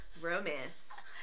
romance